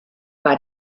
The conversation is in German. war